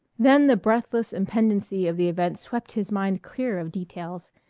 then the breathless impendency of the event swept his mind clear of details.